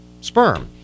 sperm